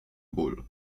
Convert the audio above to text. ból